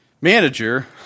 manager